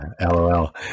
LOL